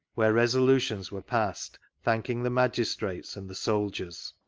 where resolutions were passed thanking the magistrates and the soldiers.